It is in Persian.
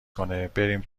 کنهبریم